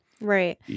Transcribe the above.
Right